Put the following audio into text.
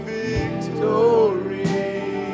victory